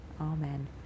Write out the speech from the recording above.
Amen